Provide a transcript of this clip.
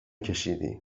کشیدی